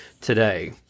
today